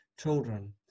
children